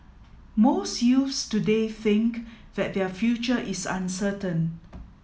most youths today think that their future is uncertain